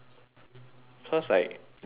cause like drummers they